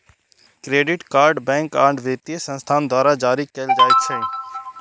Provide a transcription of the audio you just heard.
credit card bank आ वित्तीय संस्थान द्वारा जारी कैल जाइ छै